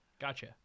gotcha